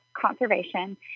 conservation